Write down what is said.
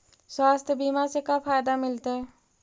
स्वास्थ्य बीमा से का फायदा मिलतै?